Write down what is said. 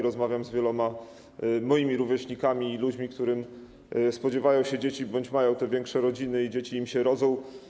Rozmawiam z wieloma moimi rówieśnikami i ludźmi, którzy spodziewają się dzieci bądź mają większe rodziny i dzieci im się rodzą.